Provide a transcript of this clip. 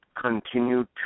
continue